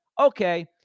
okay